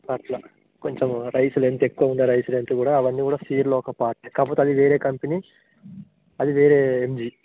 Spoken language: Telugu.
అట్లా కొంచెం రైస్ లెంగ్త్ ఎక్కువ ఉన్న రైస్ లెంగ్త్ కూడా అవన్నీ కూడా సీడ్లో ఒక పార్ట్ కాకపోతే అది వేరే కంపెనీ అది వేరే ఎంజీ